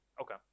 Okay